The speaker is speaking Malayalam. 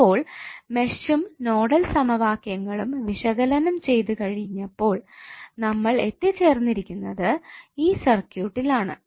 ഇപ്പോൾ മെഷും നോഡൽ സമവാക്യങ്ങളും വിശകലനം ചെയ്തു കഴിഞ്ഞപ്പോൾ നമ്മൾ എത്തിച്ചേർന്നിരിക്കുന്നത് ഈ സർക്യൂട്ടിൽ ആണ്